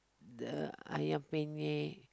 the Ayam Penyet